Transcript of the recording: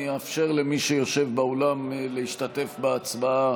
אני אאפשר למי שיושב באולם להשתתף בהצבעה